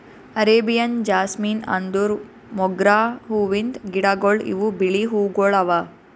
Arabian jasmine ಅಂದುರ್ ಮೊಗ್ರಾ ಹೂವಿಂದ್ ಗಿಡಗೊಳ್ ಇವು ಬಿಳಿ ಹೂವುಗೊಳ್ ಅವಾ